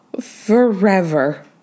forever